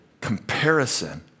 comparison